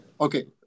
Okay